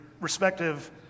respective